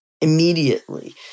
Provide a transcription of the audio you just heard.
immediately